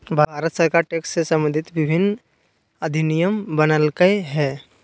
भारत सरकार टैक्स से सम्बंधित विभिन्न अधिनियम बनयलकय हइ